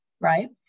right